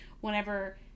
Whenever